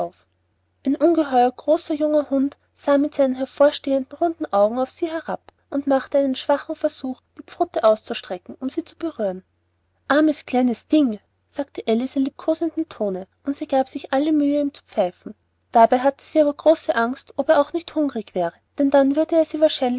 ein ungeheuer großer junger hund sah mit seinen hervorstehenden runden augen auf sie herab und machte einen schwachen versuch eine pfote auszustrecken und sie zu berühren armes kleines ding sagte alice in liebkosendem tone und sie gab sich alle mühe ihm zu pfeifen dabei hatte sie aber große angst ob er auch nicht hungrig wäre denn dann würde er sie